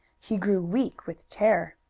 he grew weak with terror.